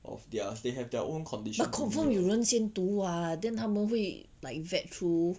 but confirm 有人先读 [what] then 他们会 like vet through